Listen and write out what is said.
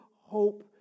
hope